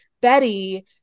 betty